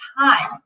time